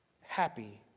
happy